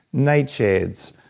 nightshades,